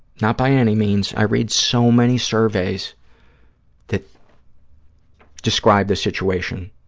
not by any means. i read so many surveys that describe this situation,